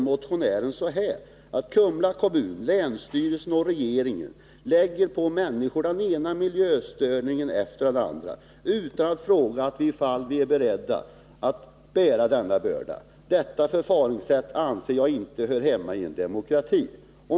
Motionären säger: Kumla kommun, länsstyrelsen och regeringen lägger på människor den ena miljöstörningen efter den andra utan att fråga ifall vi är beredda att bära denna börda. Detta förfaringssätt anser jag inte hör hemma i en demokrati.